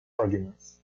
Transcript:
argument